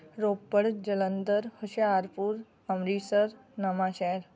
ਰੋਪੜ ਜਲੰਧਰ ਹੁਸ਼ਿਆਰਪੁਰ ਅੰਮ੍ਰਿਤਸਰ ਨਵਾਂ ਸ਼ਹਿਰ